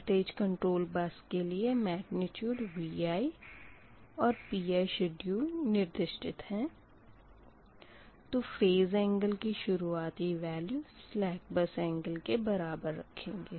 voltage control bus के लिए magnitude Vi और Pi शेड्युल निर्दिष्टत है तो फ़ेज एंगल की शुरुआती वेल्यू सलेक बस एंगल के बराबर रखेंगे